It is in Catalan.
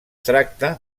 tracta